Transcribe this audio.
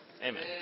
Amen